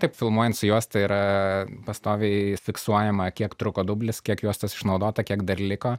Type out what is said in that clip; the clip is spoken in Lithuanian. taip filmuojant su juosta yra pastoviai fiksuojama kiek truko dublis kiek juostos išnaudota kiek dar liko